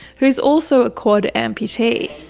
who's also a quad amputee.